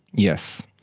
yes.